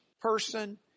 person